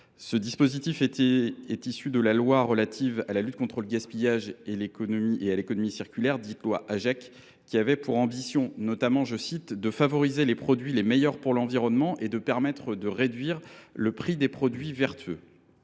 Ce dispositif est issu de la loi relative à la lutte contre le gaspillage et à l’économie circulaire, dite loi Agec, qui avait pour ambition, notamment, « de favoriser les produits les meilleurs pour l’environnement et de permettre de réduire le prix des produits vertueux